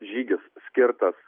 žygis skirtas